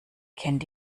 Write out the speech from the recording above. kennt